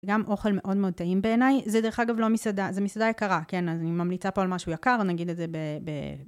גם אוכל מאוד מאוד טעים בעיני, זה דרך אגב לא מסעדה, זה מסעדה יקרה, כן? אני ממליצה פה על משהו יקר, נגיד את זה ב...